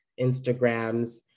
Instagrams